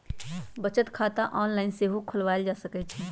बचत खता ऑनलाइन सेहो खोलवायल जा सकइ छइ